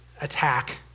attack